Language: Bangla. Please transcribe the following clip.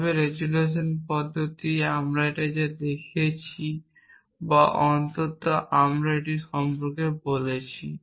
তবে রেজোলিউশন পদ্ধতি আমরা এটি দেখিয়েছি বা অন্তত আমরা এটি সম্পর্কে কথা বলেছি